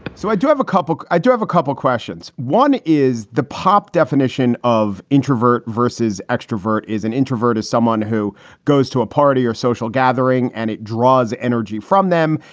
so i do have a couple. i do have a couple questions. one is the pop definition of introvert versus extrovert is an introvert is someone who goes to a party or social gathering and it draws energy from them.